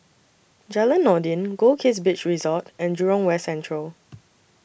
Jalan Noordin Goldkist Beach Resort and Jurong West Central